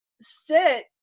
sit